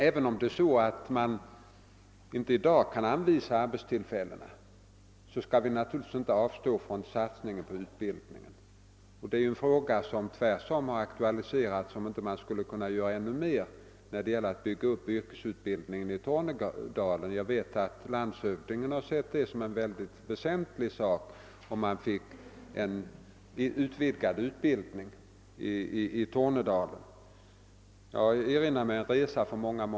Även om man i dag inte kan anvisa arbeten i Norrland, skall vi självfallet inte avstå från att satsa på utbildning. Det har tvärtom frågats om vi inte kan göra ännu mer för att bygga upp yrkesutbildningen i Tornedalen. Jag vet t.ex. att landshövdingen i Norrbotten ser frågan om en utbyggd utbildningsverksamhet i Tornedalen som en mycket väsentlig sak.